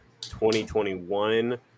2021